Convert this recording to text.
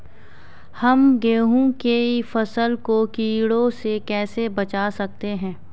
हम गेहूँ की फसल को कीड़ों से कैसे बचा सकते हैं?